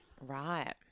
Right